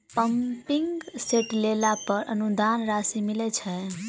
Pumping set लेला पर अनुदान राशि मिलय छैय?